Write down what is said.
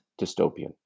dystopian